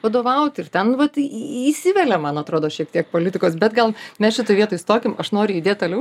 vadovaut ir ten vat įsivelia man atrodo šiek tiek politikos bet gal mes šitoj vietoj stokim aš noriu judėt toliau